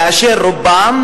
כאשר רובם